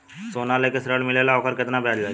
सोना लेके ऋण मिलेला वोकर केतना ब्याज लागी?